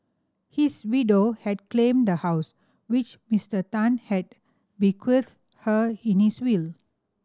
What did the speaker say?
his widow had claimed the house which Mister Tan had bequeathed her in his will